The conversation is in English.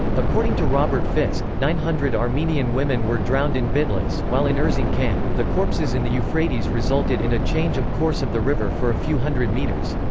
according to robert fisk, nine hundred armenian women were drowned in bitlis, while in erzincan, the corpses in the euphrates resulted in a change of course of the river for a few hundred meters.